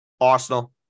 Arsenal